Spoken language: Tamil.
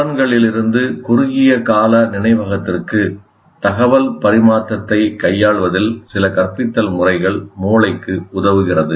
புலன்களிலிருந்து குறுகிய கால நினைவகத்திற்கு தகவல் பரிமாற்றத்தைக் கையாள்வதில் சில கற்பித்தல் முறைகள் மூளைக்கு உதவுகிறது